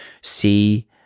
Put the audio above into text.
see